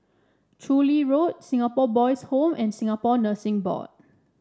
Chu Lin Road Singapore Boys' Home and Singapore Nursing Board